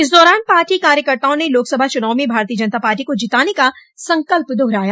इस दौरान पार्टी कार्यकर्ताओं ने लोकसभा चूनाव में भाजपा को जिताने का संकल्प दोहराया